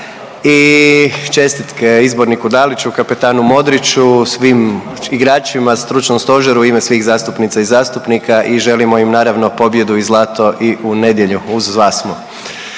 i čestitke izborniku Daliću, kapetanu Modriću, svim igračima, stručnom stožeru u ime svih zastupnica i zastupnika i želimo im naravno pobjedu i zlato i u nedjelju. Uz vas smo.